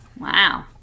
Wow